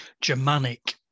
Germanic